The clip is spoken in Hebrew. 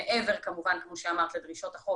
מעבר לדרישות החוק,